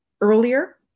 earlier